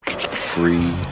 Free